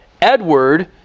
Edward